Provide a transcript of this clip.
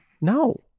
no